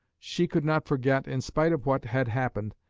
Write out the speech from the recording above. she could not forget, in spite of what had happened,